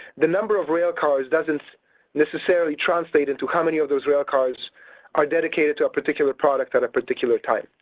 the number of rail cars doesn't necessarily translate into how many of those rail cars are dedicated to a particular product at a particular time.